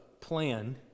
plan